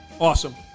Awesome